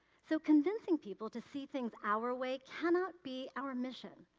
so, convincing people to see things our way cannot be our mission.